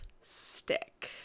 stick